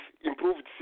improved